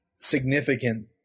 significant